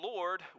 Lord